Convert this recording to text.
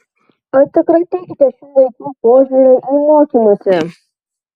atsikratykite šių laikų požiūrio į mokymąsi